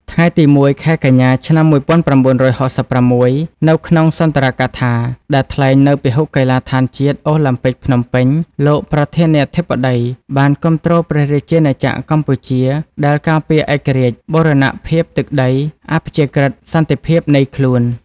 ថ្ងៃទី០១ ខែកញ្ញា ឆ្នាំ១៩៦៦ នៅក្នុងសុន្ទរកថា ដែលថ្លែងនៅពហុកីឡដ្ឋានជាតិ អូឡាំពិកភ្នំពេញ លោកប្រធានាធិបតី បានគាំទ្រព្រះរាជាណាចក្រកម្ពុជា ដែលការពារឯករាជ្យ បូរណភាពទឹកដី អាព្យាក្រឹត សន្តិភាពនៃខ្លួន។